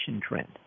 trend